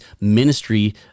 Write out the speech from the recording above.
ministry